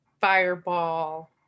fireball